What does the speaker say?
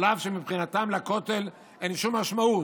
אף שמבחינתם לכותל אין שום משמעות,